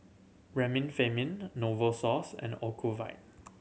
Remifemin Novosource and Ocuvite